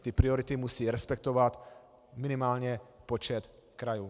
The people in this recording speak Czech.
Ty priority musí respektovat minimálně počet krajů.